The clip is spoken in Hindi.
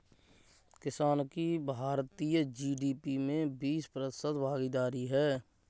किसान की भारतीय जी.डी.पी में बीस प्रतिशत भागीदारी है